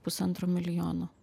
pusantro milijono